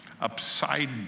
upside